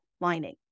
lining